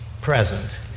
present